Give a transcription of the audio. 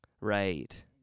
Right